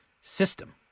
system